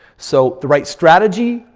so the right strategy,